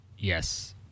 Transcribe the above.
Yes